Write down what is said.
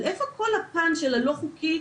אבל איפה כל הפן של הלא חוקי,